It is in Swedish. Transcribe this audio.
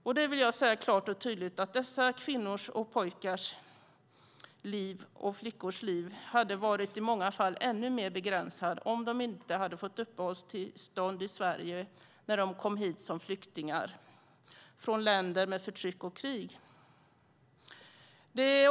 Jag vill säga klart och tydligt att dessa kvinnors, flickors och pojkars liv i många fall hade varit ännu mer begränsat om de inte hade fått uppehållstillstånd i Sverige när de kom hit som flyktingar från länder med förtryck och krig.